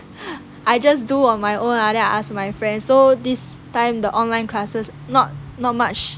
I just do on my own ah then I ask my friend so this time the online classes not not much